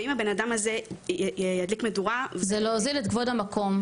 ואם הבן-אדם הזה ידליק מדורה --- זה להוזיל את כבוד המקום.